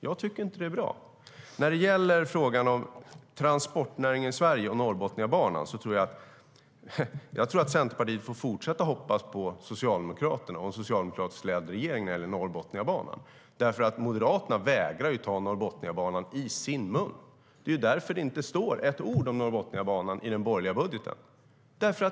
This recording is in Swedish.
Jag tycker inte att det är bra. Sedan gäller det frågan om transportnäringen i Sverige och Norrbotniabanan. Jag tror att Centerpartiet får fortsätta att hoppas på Socialdemokraterna och en socialdemokratiskt ledd regering när det gäller Norrbotniabanan. Moderaterna vägrar nämligen att ta Norrbotniabanan i sin mun. Det är därför det inte står ett ord om Norrbotniabanan i den borgerliga budgeten.